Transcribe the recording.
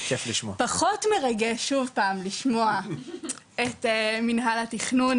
פחות מרגש שוב פעם לשמוע את מינהל התכנון,